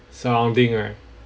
surrounding right